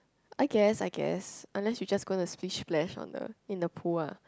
I guess I guess unless you just gonna splish splash on the in the pool ah